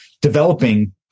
developing